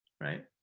right